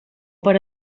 per